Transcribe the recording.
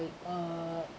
uh